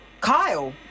Kyle